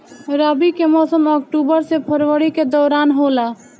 रबी के मौसम अक्टूबर से फरवरी के दौरान होला